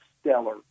stellar